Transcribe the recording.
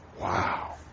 Wow